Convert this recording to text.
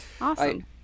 Awesome